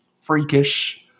freakish